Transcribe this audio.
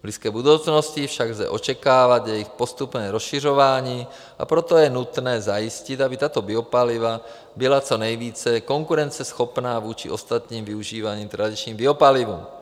V blízké budoucnosti však lze očekávat jejich postupné rozšiřování, a proto je nutné zajistit, aby tato biopaliva byla co nejvíce konkurenceschopná vůči ostatním využívaným tradičním biopalivům.